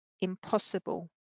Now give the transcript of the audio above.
impossible